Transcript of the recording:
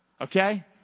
Okay